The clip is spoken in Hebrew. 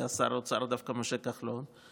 שר האוצר היה דווקא משה כחלון,